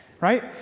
right